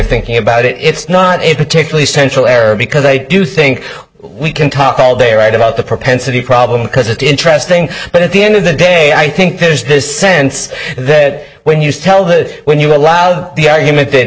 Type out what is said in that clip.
thinking about it it's not a particularly central error because i do think we can talk all day right about the propensity problem because it's interesting but at the end of the day i think there's this sense that when you tell the when you allowed the argument it that